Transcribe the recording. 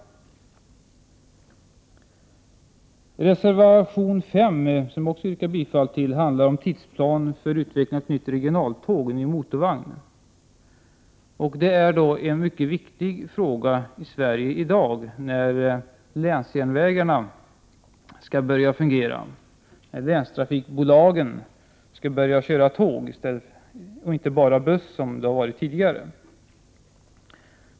Reservation 5, som jag också yrkar bifall till, handlar om tidsplan för utveckling av ett nytt regionaltåg, en ny motorvagn. Detta är någonting mycket viktigt i Sverige i dag då länsjärnvägarna skall börja fungera och när länstrafikbolagen skall börja köra tåg och inte bara köra buss som tidigare.